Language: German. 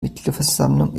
mitgliederversammlung